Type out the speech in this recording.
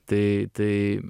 tai tai